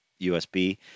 USB